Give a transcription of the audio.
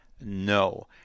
No